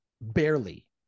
barely